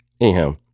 Anyhow